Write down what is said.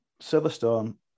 Silverstone